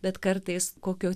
bet kartais kokio